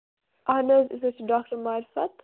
اَہَن حظ أسۍ حظ چھِ ڈاکٹر مارِفت